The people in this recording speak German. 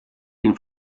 den